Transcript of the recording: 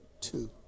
two